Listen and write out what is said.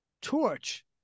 Torch